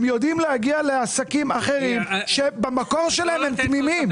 הם יודעים להגיע לעסקים אחרים שבמקור שלהם הם תמימים.